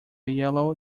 yellow